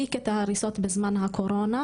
להפסיק את ההריסות בזמן הקורונה,